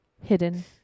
Hidden